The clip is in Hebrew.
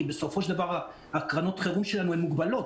כי בסופו של דבר קרנות החירום שלנו מוגבלות,